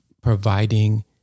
providing